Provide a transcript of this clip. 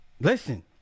listen